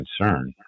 concern